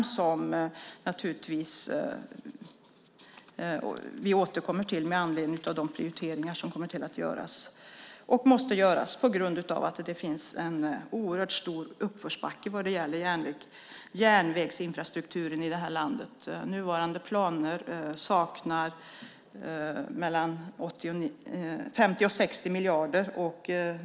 Vi kommer naturligtvis att återkomma till det med anledning av de prioriteringar som kommer att göras och måste göras på grund av att det finns en oerhört stor uppförsbacke vad gäller järnvägsinfrastrukturen i det här landet. I nuvarande planer saknas 50-60 miljarder.